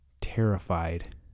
terrified